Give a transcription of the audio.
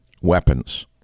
weapons